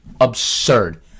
Absurd